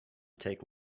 take